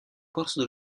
corso